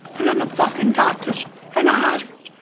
and then the fucking doctors and hospitals,